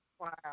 Wow